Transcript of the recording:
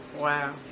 Wow